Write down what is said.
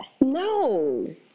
No